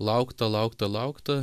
laukta laukta laukta